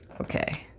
Okay